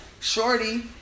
Shorty